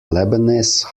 lebanese